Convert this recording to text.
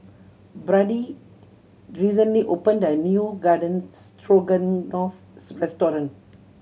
Brody recently opened a new Garden Stroganoff restaurant